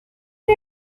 ein